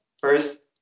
first